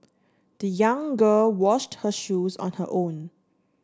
the young girl washed her shoes on her own